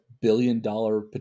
billion-dollar